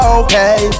okay